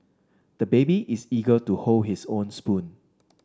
the baby is eager to hold his own spoon